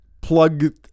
plug